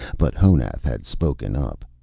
but honath had spoken up,